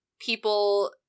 people